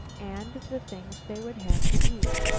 and the things they would have to eat.